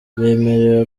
bemerewe